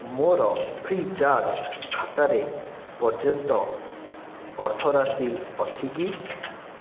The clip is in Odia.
ମୋର ଫ୍ରି ଚାର୍ଜ୍ ଖାତାରେ ପର୍ଯ୍ୟାପ୍ତ ଅର୍ଥ ରାଶି ଅଛି କି